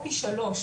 או פי שלוש,